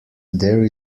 there